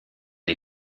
die